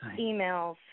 Emails